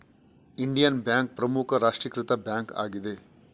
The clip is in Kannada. ಇಂಡಿಯನ್ ಬ್ಯಾಂಕ್ ಪ್ರಮುಖ ರಾಷ್ಟ್ರೀಕೃತ ಬ್ಯಾಂಕ್ ಆಗಿದೆ